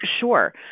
Sure